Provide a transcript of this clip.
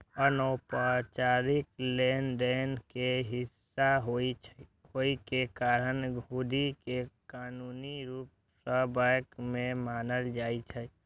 अनौपचारिक लेनदेन के हिस्सा होइ के कारण हुंडी कें कानूनी रूप सं वैध नै मानल जाइ छै